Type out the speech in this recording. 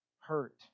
hurt